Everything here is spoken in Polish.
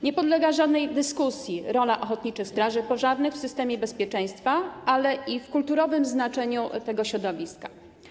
Nie podlega żadnej dyskusji rola ochotniczych straży pożarnych w systemie bezpieczeństwa, ale też w kulturowym znaczeniu tego środowiska.